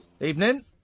Evening